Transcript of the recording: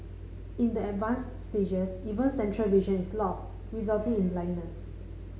in the advanced stages even central vision is lost resulting in blindness